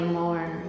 more